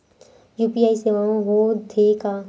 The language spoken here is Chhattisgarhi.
यू.पी.आई सेवाएं हो थे का?